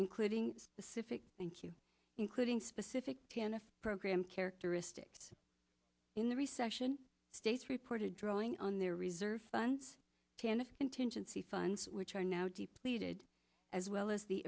including the civic thank you including specific t n f program characteristics in the recession states reported drawing on their reserves funds can contingency funds which are now depleted as well as the